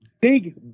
big